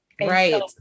right